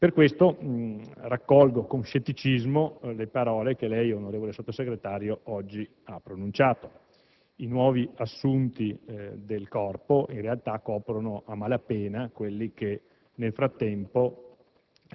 Per questo raccolgo con scetticismo le parole che lei, onorevole Sottosegretario, oggi ha pronunciato. I nuovi assunti del Corpo, in realtà, coprono a malapena quelli che nel frattempo